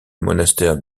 monastère